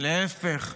להפך,